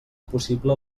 possible